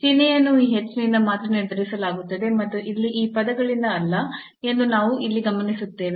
ಚಿಹ್ನೆಯನ್ನು ಈ h ನಿಂದ ಮಾತ್ರ ನಿರ್ಧರಿಸಲಾಗುತ್ತದೆ ಮತ್ತು ಇಲ್ಲಿ ಈ ಪದಗಳಿಂದ ಅಲ್ಲ ಎಂದು ನಾವು ಇಲ್ಲಿ ಗಮನಿಸುತ್ತೇವೆ